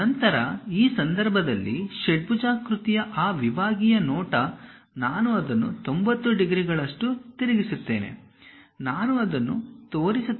ನಂತರ ಆ ಸಂದರ್ಭದಲ್ಲಿ ಷಡ್ಭುಜಾಕೃತಿಯ ಆ ವಿಭಾಗೀಯ ನೋಟ ನಾನು ಅದನ್ನು 90 ಡಿಗ್ರಿಗಳಷ್ಟು ತಿರುಗಿಸುತ್ತೇನೆ ನಾನು ಅದನ್ನು ತೋರಿಸುತ್ತೇನೆ